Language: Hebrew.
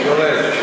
יורד.